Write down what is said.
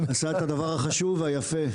עשה את הדבר החשוב והיפה.